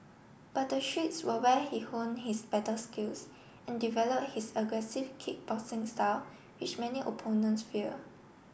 but the streets were where he honed his battle skills and develop his aggressive kick boxing style which many opponents fear